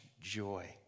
joy